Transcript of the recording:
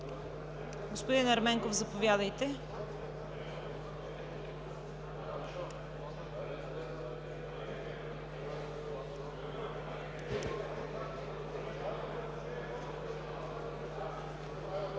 Господин Ерменков, заповядайте.